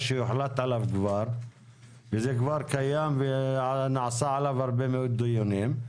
שהוחלט עליו כבר וזה כבר קיים ונעשו עליו הרבה מאוד דיונים.